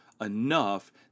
enough